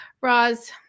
roz